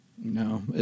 No